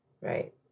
Right